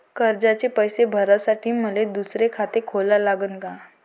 कर्जाचे पैसे भरासाठी मले दुसरे खाते खोला लागन का?